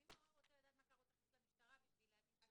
אז אם ההורה רוצה לדעת מה קרה הוא צריך ללכת למשטרה כדי להגיש תלונה?